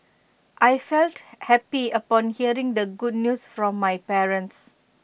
I felt happy upon hearing the good news from my parents